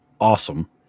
awesome